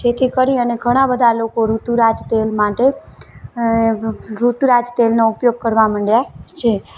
જેથી કરી અને ઘણા બધા લોકો ઋતુરાજ તેલ માટે ઋતુરાજ તેલનો ઉપયોગ કરવા માંડ્યા છે